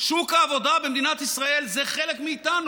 שוק העבודה במדינת ישראל זה חלק מאיתנו,